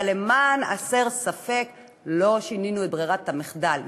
אבל למען הסר ספק לא שינינו את ברירת המחדל.